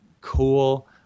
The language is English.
cool